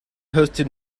hosted